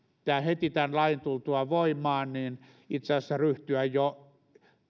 asiassa heti tämän lain tultua voimaan ryhtyä jo